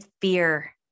fear